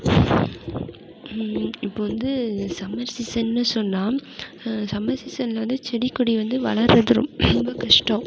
இப்போது வந்து சம்மர் சீசன்னு சொன்னால் சம்மர் சீசனில் வந்து செடி கொடி வந்து வளர்வது ரொம்ப கஷ்டம்